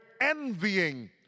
envying